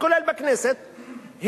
כולל בכנסת,